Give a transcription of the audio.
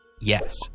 yes